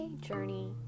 journey